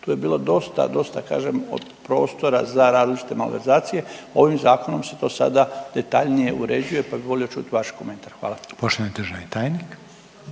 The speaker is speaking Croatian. tu je bilo dosta, dosta kažem od prostora za različite malverzacije, ovim zakonom se to sada detaljnije uređuje, pa bi volio čut vaš komentar, hvala. **Reiner, Željko